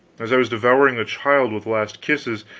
as i was devouring the child with last kisses,